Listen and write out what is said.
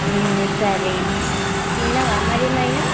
సరే తిన్నవా మరి ఏమైనా